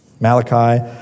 Malachi